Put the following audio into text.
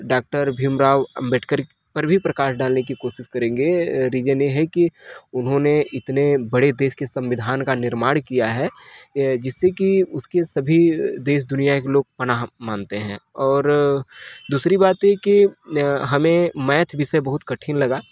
अ doctor Bhimrao Ambedkar पर भी प्रकाश डालने की कोशिश करेंगे रीजन यह है कि उन्होंने इतने बड़े देश के संविधान का निर्माण किया है जिससे कि उसके सभी अ देश दुनिया के लोग पनाह मानते हैं और दूसरी बात ये की अ हमें मैथ विषय बहुत कठिन लगा